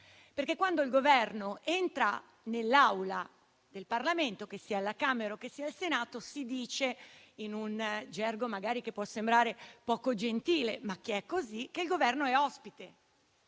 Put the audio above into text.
Perché, quando il Governo entra nell'Aula del Parlamento, che sia alla Camera o che sia al Senato, si dice, in un gergo che magari può sembrare poco gentile, ma che è così, che il Governo è ospite,